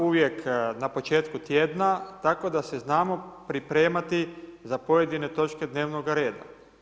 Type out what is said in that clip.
Uvijek na početku tjedna tako da se znamo pripremati za pojedine točke dnevnoga reda.